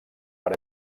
per